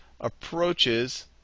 approaches